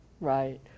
right